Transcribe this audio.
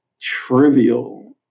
trivial